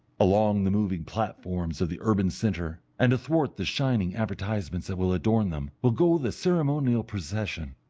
along the moving platforms of the urban centre, and athwart the shining advertisements that will adorn them, will go the ceremonial procession,